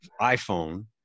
iPhone